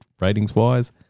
ratings-wise